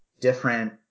different